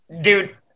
Dude